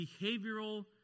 behavioral